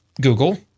Google